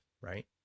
right